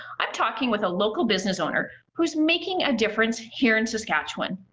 i'm talking with a local business owner who's making a difference here in saskatchewan.